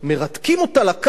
על מה?